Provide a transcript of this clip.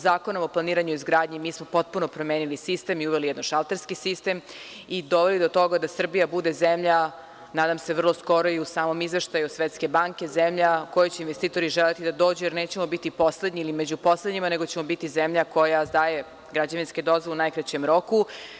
Zakonom o planiranju i izgradnji potpuno smo promenili sistem i uveli jednošalterski sistem i doveli do toga da Srbija bude zemlja, nadam se vrlo skoro i u samom izveštaju Svetske banke, u koju će investitori želeti da dođu, jer nećemo biti poslednji ili među poslednjima, nego ćemo biti zemlja koja daje građevinske dozvole u najkraćem roku.